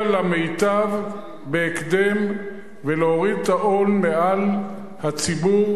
למיטב בהקדם ולהוריד את העול מעל הציבור.